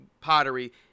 pottery